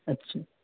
اچھا